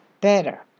better